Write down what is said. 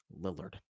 Lillard